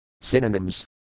Synonyms